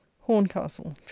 Horncastle